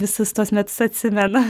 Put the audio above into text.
visus tuos metus atsimena